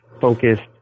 focused